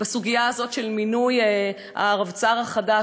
בסוגיה הזאת של מינוי הרבצ"ר החדש,